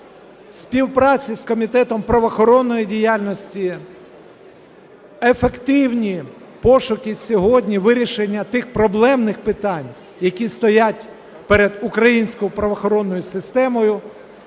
співпраці з Комітетом правоохоронної діяльності, ефективні пошуки сьогодні, вирішення тих проблемних питань, які стоять перед українською правоохоронною системою,